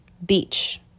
beach